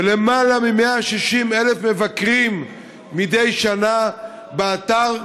ולמעלה מ-160,000 מבקרים מדי שנה באתר.